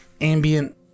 ambient